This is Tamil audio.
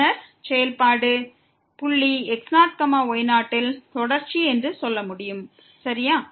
பின்னர் செயல்பாடு புள்ளி x0 y0 ல் தொடர்ச்சியாக இருக்கிறது என்று சொல்ல முடியும் சரியா